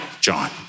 John